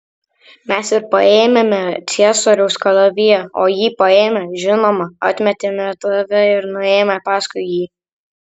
mes ir paėmėme ciesoriaus kalaviją o jį paėmę žinoma atmetėme tave ir nuėjome paskui jį